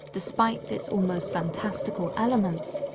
despite its almost fantastical elements,